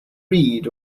read